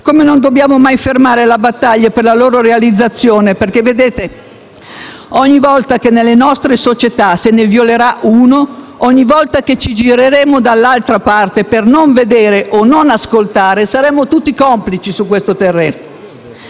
modo non dobbiamo mai fermare la battaglia per la loro realizzazione perché, vedete, ogni volta che nelle nostre società se ne violerà uno, ogni volta che ci gireremo dall'altra parte per non vedere o non ascoltare, saremo tutti complici su questo terreno